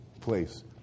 place